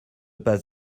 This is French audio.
pas